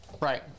right